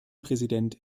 präsident